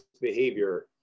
behavior